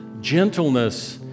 gentleness